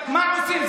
מה עושים?